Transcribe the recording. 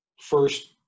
first